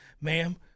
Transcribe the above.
Ma'am